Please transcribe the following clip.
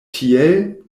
tiel